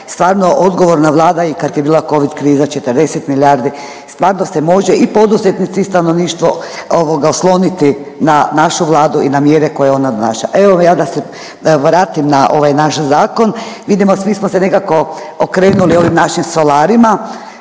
stvarno odgovorna vlada i kad je bila covid kriza 40 milijardi, stvarno se može i poduzetnici i stanovništvo ovoga osloniti na našu vladu i na mjere koje ona donaša. Evo ja da se vratim na ovaj naš zakon, vidimo svi smo se nekako okrenuli ovim našim solarima